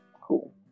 Cool